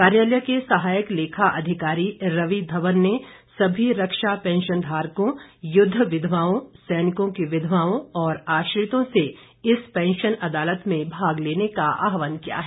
कार्यालय के सहायक लेखा अधिकारी रवि धवन ने सभी रक्षा पैंशन धारकों युद्ध विधवाओं सैनिकों की विधवाओं और आश्रितों से इस पैंशन अदालत में भाग लेने का आहवान किया है